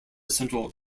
central